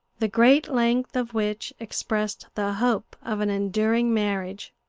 the great length of which expressed the hope of an enduring marriage.